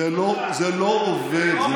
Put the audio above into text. זה לא עובד.